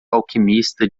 alquimista